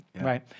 right